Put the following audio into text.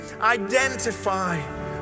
identify